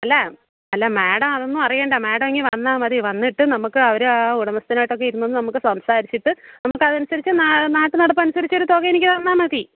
അല്ല അല്ല മേടം അതൊന്നും അറിയണ്ട മേടം ഇങ്ങ് വന്നാൽ മതി വന്നിട്ട് നമുക്ക് അവര് ആ ഉടമസ്ഥൻ ആയിട്ട് ഇരുന്നൊന്ന് നമുക്ക് സംസാരിച്ചിട്ട് നമുക്ക് അതനുസരിച്ച് നാട്ട് നടപ്പനുസരിച്ച് ഒര് തുക എനിക്ക് തന്നാൽ മതി